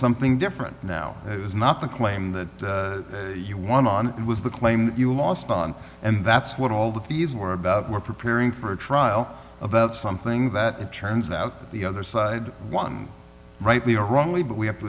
something different now is not the claim that you want on it was the claim you lost on and that's what all the fees were about were preparing for a trial about something that turns out the other side won rightly or wrongly but we have to